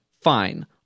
fine